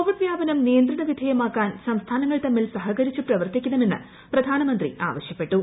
Covid വ്യാപനം നിയന്ത്രണ വിധേയമാക്കാൻ സംസ്ഥാനങ്ങൾ തമ്മിൽ സഹകരിച്ച് പ്രവർത്തിക്കണമെന്ന് പ്രധാനമന്ത്രി ആവശ്യപ്പെട്ടു